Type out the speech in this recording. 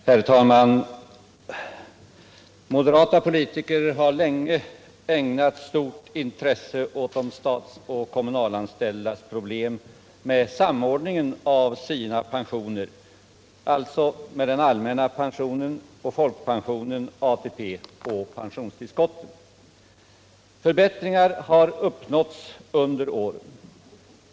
Herr talman! Moderata politiker har länge ägnat stort intresse åt de statsoch kommunalanställdas problem med samordningen av sina pensioner, alltså med den allmänna pensionen, folkpensionen, ATP och pensionstillskotten. Förbättringar har uppnåtts under åren.